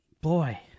Boy